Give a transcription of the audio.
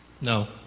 No